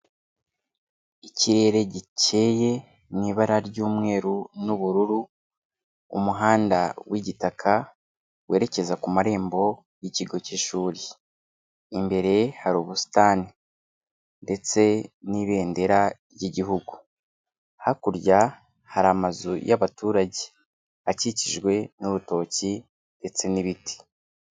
Ikirere gikeye mu ibara ry'umweru n'ubururu, umuhanda w'igitaka werekeza ku marembo y'ikigo cy'ishuri, imbere hari ubusitani ndetse n'ibendera ry'igihugu, hakurya hari amazu y'abaturage akikijwe n'urutoki ndetse n'ibiti.